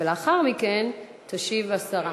ולאחר מכן תשיב השרה.